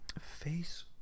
face